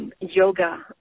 yoga